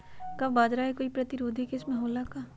का बाजरा के कोई प्रतिरोधी किस्म हो ला का?